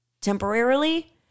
temporarily